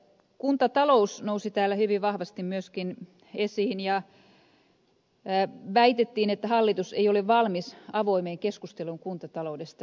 kuntatalous nousi täällä hyvin vahvasti myöskin esiin ja väitettiin että hallitus ei ole valmis avoimeen keskusteluun kuntataloudesta